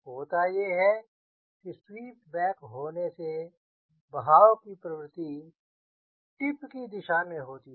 होता यह है कि स्वीप बैक होने से बहाव की प्रवृत्ति टिप की दिशा में होती है